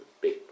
big